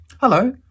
Hello